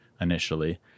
initially